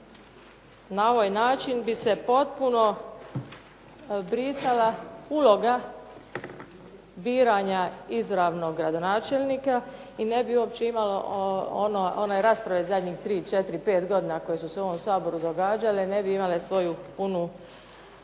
Na ovaj način bi se potpuno brisala uloga biranja izravno gradonačelnika i ne bi uopće imale one rasprave koje su se zadnjih tri, četiri, pet godina događale ne bi imale svoju punu